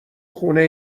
خونه